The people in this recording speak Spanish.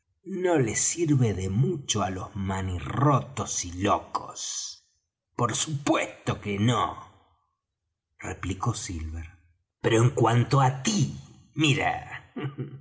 no le sirve de mucho á los manirrotos y locos por supuesto que no replicó silver pero en cuanto á tí mira